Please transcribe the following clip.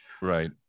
right